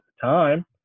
time